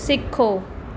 ਸਿੱਖੋ